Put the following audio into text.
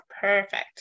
perfect